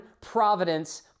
providence